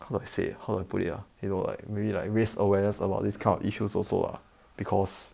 how do I say how to put it ah you know like maybe like raise awareness about this kind of issues also ah because